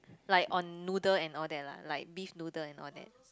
like on noodle and all that lah like beef noodle and all that